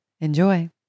Enjoy